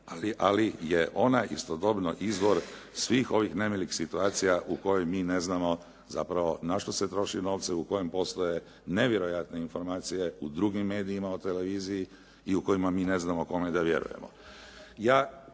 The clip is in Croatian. ali je ona istodobno izvor svih ovih nemilih situacija u kojoj mi ne znamo zapravo na što se troši novce, u kojem poslu je nevjerojatna informacija u drugim medijima o televiziji i u kojima mi ne znamo kome da vjerujemo.